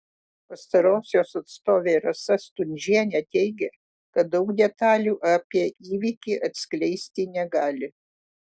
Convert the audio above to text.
pastarosios atstovė rasa stundžienė teigė kad daug detalių apie įvykį atskleisti negali